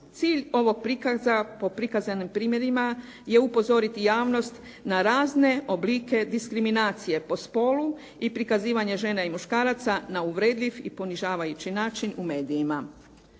Cilj ovog prikaza po prikazanim primjerima je upozoriti javnost na razne oblike diskriminacije po spolu i prikazivanje žena i muškaraca na uvredljiv i ponižavajući način u medijima.